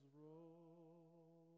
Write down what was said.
roll